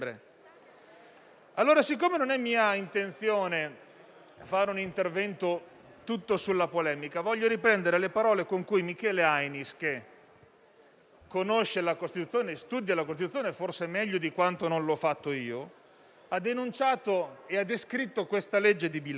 siccome non è mia intenzione fare un intervento tutto sulla polemica, voglio riprendere le parole con cui Michele Ainis, che studia e conosce la Costituzione forse meglio di quanto non l'abbia fatto io, ha denunciato e ha descritto questa legge di bilancio: